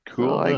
Cool